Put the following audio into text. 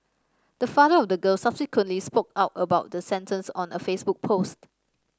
the father of the girl subsequently spoke out about the sentence in a Facebook post